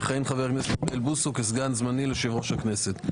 יכהן חבר הכנסת אוריאל בוסו כסגן זמני ליושב-ראש הכנסת.